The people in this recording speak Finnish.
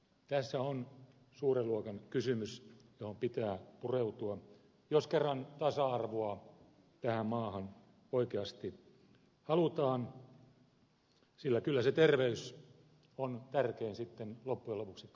tässä on suuren luokan kysymys johon pitää pureutua jos kerran tasa arvoa tähän maahan oikeasti halutaan sillä kyllä se terveys on tärkein sitten loppujen lopuksi kaikesta